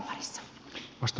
arvoisa puhemies